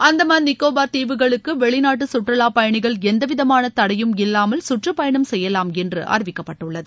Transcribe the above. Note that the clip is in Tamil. அந்தமான் நிக்கோபார் தீவுகளுக்கு வெளிநாட்டு சுற்றுலா பயணிகள் எந்தவிதமான தடையும் இல்லாமல் சுற்றுப்பயணம் செய்யலாம் என்று அறிவிக்கப்பட்டுள்ளது